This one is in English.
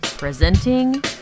Presenting